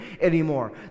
anymore